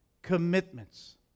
Commitments